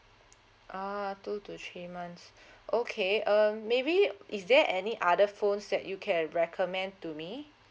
ah two to three months okay um maybe is there any other phones that you can recommend to me